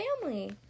family